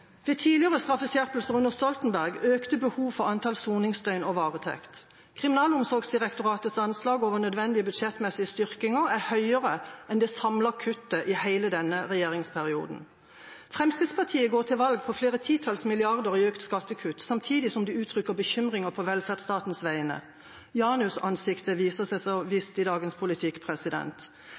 Ved tidligere straffeskjerpelser under Stoltenberg økte behovet for antall soningsdøgn og varetekt. Kriminalomsorgsdirektoratets anslag over nødvendige budsjettmessige styrkinger er høyere enn det samlede kuttet i hele denne regjeringsperioden. Fremskrittspartiet går til valg på flere titalls milliarder i økte skattekutt, samtidig som de uttrykker bekymring på velferdsstatens vegne. Janusansiktet viser seg så visst i dagens politikk.